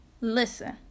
Listen